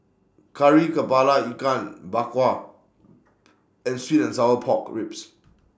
Kari Kepala Ikan Bak Kwa and Sweet and Sour Pork Ribs